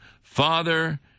Father